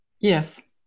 Yes